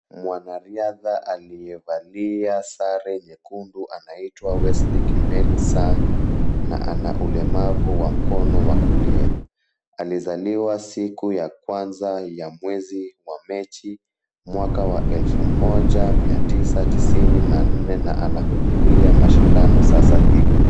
Mwanariadha aliyevalia sare nyekundu anaitwa Wesley Kimeli Sang na ana ulemavu wa mkono wa kulia. Alizaliwa siku ya kwanza ya mwezi wa Machi mwaka wa elfu moja mia tisa tisini na nne na anahudhuria mashindano sasa hivi.